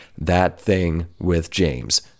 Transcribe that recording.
thatthingwithjames